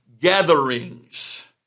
gatherings